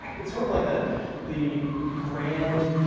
it's sort of like the the grand,